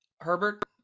Herbert